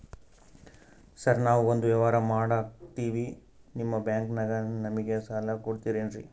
Sir ನಾವು ಒಂದು ವ್ಯವಹಾರ ಮಾಡಕ್ತಿವಿ ನಿಮ್ಮ ಬ್ಯಾಂಕನಾಗ ನಮಿಗೆ ಸಾಲ ಕೊಡ್ತಿರೇನ್ರಿ?